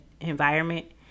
environment